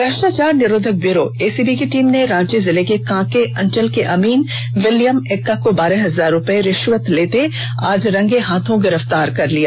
भ्रष्टाचार निरोधक bureau ACB की टीम ने रांची जिले के कांके अंचल के अमीन विलियम एक्का को बारह हजार रुपये रिष्वत लेते आज रंगे हाथ गिरफ्तार कर लिया